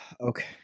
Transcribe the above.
okay